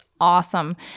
awesome